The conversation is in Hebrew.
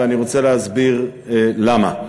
ואני רוצה להסביר למה.